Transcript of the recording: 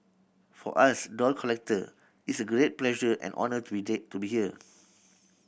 for us doll collector it's a great pleasure and honour to be there to be here